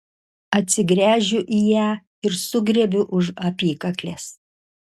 atsigręžiu į ją ir sugriebiu už apykaklės